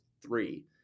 three